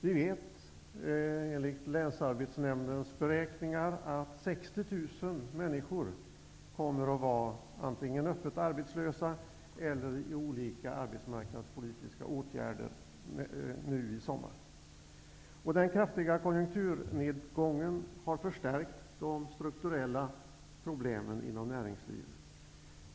Vi vet, enligt länsarbetsnämndens beräkningar, att 60 000 människor kommer att vara antingen öppet arbetslösa eller föremål för olika arbetsmarknadspolitiska åtgärder nu i sommar. Den kraftiga konjunkturnedgången har förstärkt de strukturella problemen inom näringslivet.